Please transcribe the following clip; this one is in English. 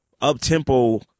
up-tempo